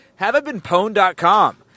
haveitbeenpwned.com